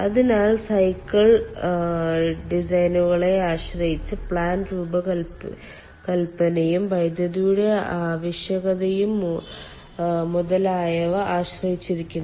അതിനാൽ സൈക്കിൾ ഡിസൈനുകളെ ആശ്രയിച്ച് പ്ലാൻ രൂപകല്പനയും വൈദ്യുതിയുടെ ആവശ്യകതയും മുതലായവയെ ആശ്രയിച്ചിരിക്കുന്നു